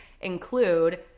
include